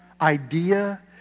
idea